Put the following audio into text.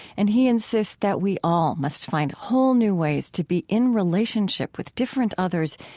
and he insists that we all must find whole new ways to be in relationship with different others,